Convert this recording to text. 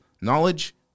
Knowledge